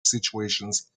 situations